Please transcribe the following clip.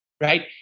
Right